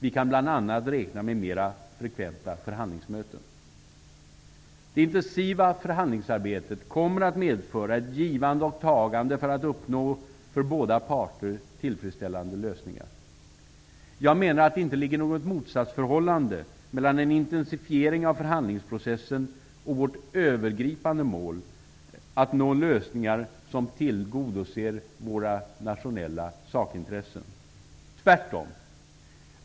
Vi kan bl.a. räkna med mera frekventa förhandlingsmöten. Det intensiva förhandlingsarbetet kommer att medföra ett givande och tagande för att uppnå för båda parter tillfredsställande lösningar. Jag menar att det inte ligger något motsatsförhållande mellan en intensifiering av förhandlingsprocessen och vårt övergripande mål att nå lösningar som tillgodoser våra nationella sakintressen -- tvärtom.